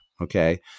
okay